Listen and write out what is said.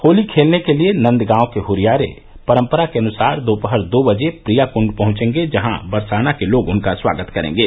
होली खेलने के लिए नंदगांव के हुरियारे परम्परा के अनुसार दोपहर दो बजे प्रिया कृण्ड पहुंचेंगे जहां बरसाना के लोग उनका स्वागत करेंगे